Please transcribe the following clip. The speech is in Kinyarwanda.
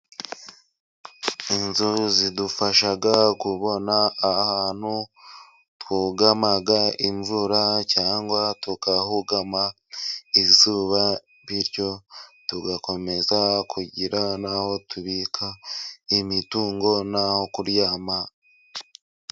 Inzu zidufasha kubona ahantu twugama imvura cyangwa tukahugama izuba, bityo tugakomeza kugira n'aho tubika imitungo n'aho kuryama.